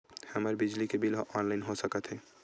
हमर बिजली के बिल ह ऑनलाइन हो सकत हे?